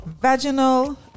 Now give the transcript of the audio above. vaginal